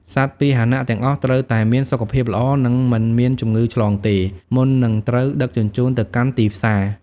សត្វពាហនៈទាំងអស់ត្រូវតែមាន សុខភាពល្អ និងមិនមានជំងឺឆ្លងទេ មុននឹងត្រូវដឹកជញ្ជូនទៅកាន់ទីផ្សារ។